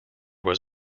was